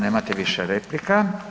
Nemate više replika.